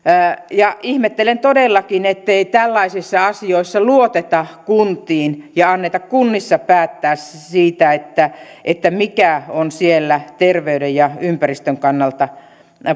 ihmettelen todellakin ettei tällaisissa asioissa luoteta kuntiin ja anneta kunnissa päättää siitä mikä on siellä terveyden ja ympäristön kannalta